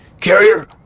Carrier